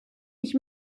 ich